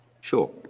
Sure